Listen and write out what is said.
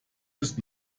bis